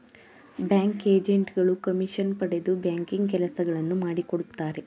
bank agent ಗಳು commission ಪಡೆದು banking ಕೆಲಸಗಳನ್ನು ಮಾಡಿಕೊಡುತ್ತಾರೆ